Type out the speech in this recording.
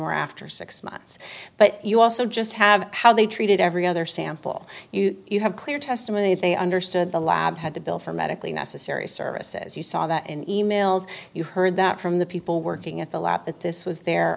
were after six months but you also just have how they treated every other sample you you have clear testimony they understood the lab had to bill for medically necessary services you saw the and e mails you heard that from the people working at the lap that this was their